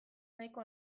nahiko